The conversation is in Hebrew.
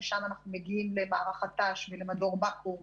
שם אנחנו מגיעים למערך הת"ש ולמדור בקו"ם